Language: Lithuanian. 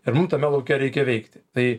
ir mum tame lauke reikia veikti tai